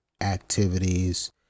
activities